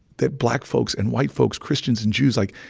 that black folks and white folks, christians and jews like,